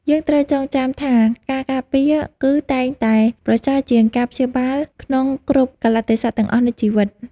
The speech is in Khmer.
យើងត្រូវចងចាំថាការការពារ គឺតែងតែប្រសើរជាងការព្យាបាលក្នុងគ្រប់កាលៈទេសៈទាំងអស់នៃជីវិត។